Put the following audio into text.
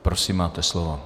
Prosím, máte slovo.